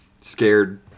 scared